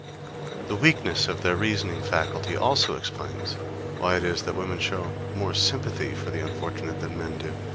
the weakness of their reasoning faculty also explains why it is that women show more sympathy for the unfortunate than men do,